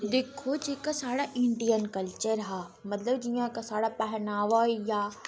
दिक्खो जेह्का साढ़ा इंडियन कल्चर हा मतलब जियां इक साढ़ा पैह्नावा होई गेआ